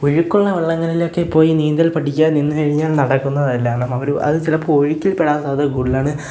ഒഴുക്കുള്ള വെള്ളങ്ങളിലൊക്കെ പോയി നീന്തൽ പഠിക്കാൻ നിന്നുകഴിഞ്ഞാൽ നടക്കുന്നതല്ല കാരണം അവര് അത് ചിലപ്പോള് ഒഴുക്കിൽപ്പെടാൻ സാധ്യത കൂടുതലാണ്